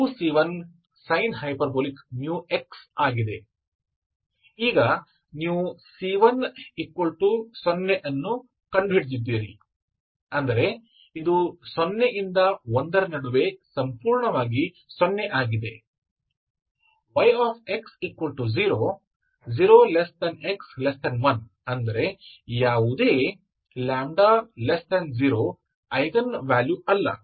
ಈಗ ನೀವು c10 ಅನ್ನು ಕಂಡುಕೊಂಡಿದ್ದೀರಿ ಅಂದರೆ ಇದು 0 ರಿಂದ 1 ರ ನಡುವೆ ಸಂಪೂರ್ಣವಾಗಿ 0 ಆಗಿದೆ yx0 0x1 ಅಂದರೆ ಯಾವುದೇ λ 0 ಐಗನ್ ವ್ಯಾಲ್ಯೂ ಅಲ್ಲ